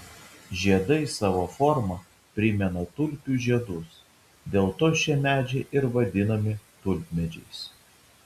žiedai savo forma primena tulpių žiedus dėl to šie medžiai ir vadinami tulpmedžiais